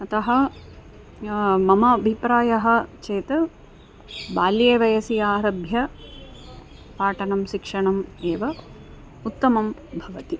अतः मम अभिप्रायः चेत् बाल्यवयसि आरभ्य पाठनं शिक्षणम् एव उत्तमं भवति